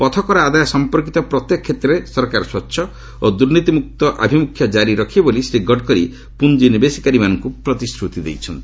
ପଥ କର ଆଦାୟ ସମ୍ପର୍କୀତ ପ୍ରତ୍ୟେକ କ୍ଷେତ୍ରରେ ସରକାର ସ୍ୱଚ୍ଛ ଓ ଦୁର୍ନୀତି ମୁକ୍ତ ଆଭିମୁଖ୍ୟ କାରି ରଖିବେ ବୋଲି ଶ୍ରୀ ଗଡ଼କରୀ ପୁଞ୍ଜିନିବେଶକାରୀମାନଙ୍କୁ ପ୍ରତିଶ୍ରତି ଦେଇଛନ୍ତି